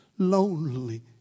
Lonely